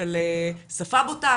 של שפה בוטה,